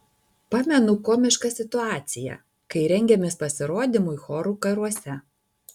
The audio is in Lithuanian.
pamenu komišką situaciją kai rengėmės pasirodymui chorų karuose